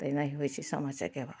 तऽ एनाहि होइ छै सामा चकेबा